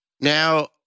Now